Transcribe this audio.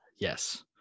Yes